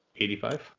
85